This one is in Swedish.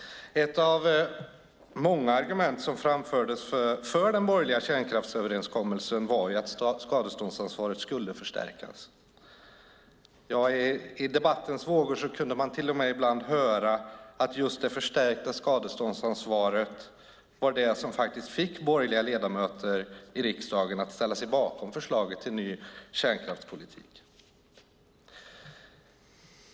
Ett av många argument som framfördes för den borgerliga kärnkraftsöverenskommelsen var ju att skadeståndsansvaret skulle förstärkas. I debattens vågor kunde man till och med ibland höra att just det förstärkta skadeståndsansvaret var det som faktiskt fick borgerliga ledamöter i riksdagen att ställa sig bakom förslaget till ny kärnkraftspolitik.